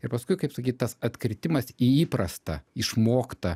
ir paskui kaip sakyt tas atkritimas į įprastą išmoktą